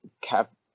cap